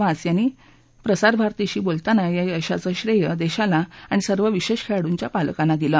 वाझ यांनी प्रसार भारतीशी बोलताना या यशाचं श्रेय देशाला आणि सर्व विशेष खेळाडूंच्या पालकांना दिलं